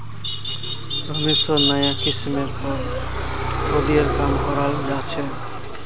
रेशमेर नाया किस्मेर पर शोध्येर काम कराल जा छ